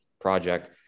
project